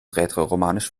rätoromanisch